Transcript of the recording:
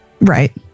Right